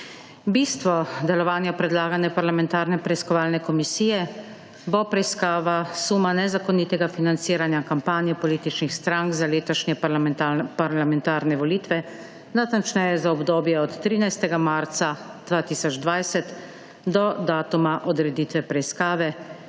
Bistvo delovanja predlagane parlamentarne preiskovalne komisije bo preiskava suma nezakonitega financiranja kampanje političnih strank za letošnje parlamentarne volitve, natančneje za obdobje od 13. marca 2020 do datuma odreditve preiskave